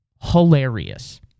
hilarious